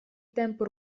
темпы